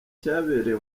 cyabereye